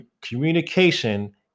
communication